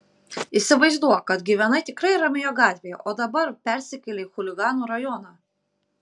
įsivaizduok kad gyvenai tikrai ramioje gatvėje o dabar persikėlei į chuliganų rajoną